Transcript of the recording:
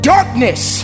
Darkness